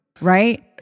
right